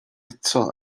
eto